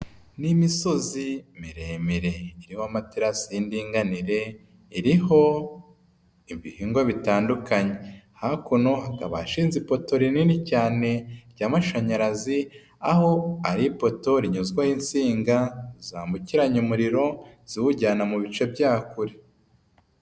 Ni imisozi miremire iriho amaterasi y'indinganire, iriho ibihingwa bitandukanye. Hakuno hakaba hashinze ipoto rinini cyane ry'amashanyarazi, aho ari ipoto rinyuzwaho insinga zambukiranya umuriro, ziwujyana mu bice bya kure.